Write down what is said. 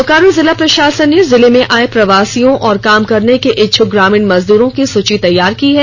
बोकारो जिला प्रशासन ने जिले में आए प्रवासियों और काम करने के इच्छुक ग्रामीण मजदूरों की सूची तैयार की है